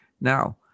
now